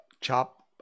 chop